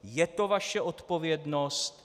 Je to vaše odpovědnost.